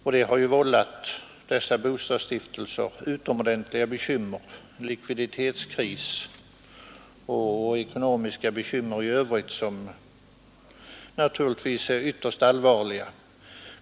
Detta har ju vållat dessa bostadsstiftelser utomordentliga bekymmer med likviditetskris och ekonomiska besvärligheter i övrigt som naturligtvis är ytterst allvarliga.